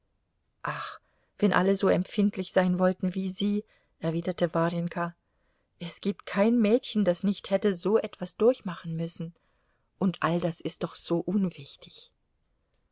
ach wenn alle so empfindlich sein wollten wie sie erwiderte warjenka es gibt kein mädchen das nicht hätte so etwas durchmachen müssen und all das ist doch so unwichtig